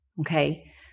Okay